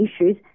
issues